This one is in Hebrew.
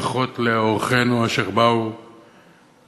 ברכות לאורחינו אשר באו לרגל